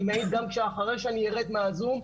אני מעיד גם אחרי שאני ארד מהזום,